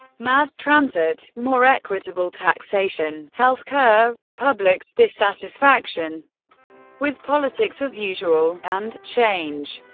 mass transit, more equitable taxation, health care, the public's dissatisfaction with politics-as-usual, and change.